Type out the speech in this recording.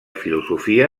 filosofia